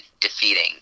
defeating